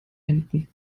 enten